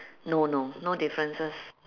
no no no differences